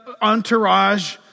entourage